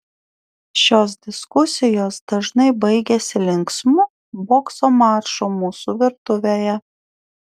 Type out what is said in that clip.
šios diskusijos dažnai baigiasi linksmu bokso maču mūsų virtuvėje